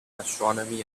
astronomy